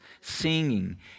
Singing